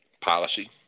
policy